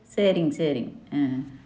சரிங் சரிங் ஆ